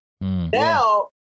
Now